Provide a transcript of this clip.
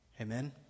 Amen